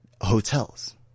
hotels